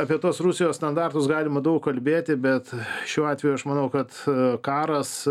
apie tuos rusijos standartus galima daug kalbėti bet šiuo atveju aš manau kad karas